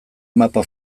mapa